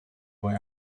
boy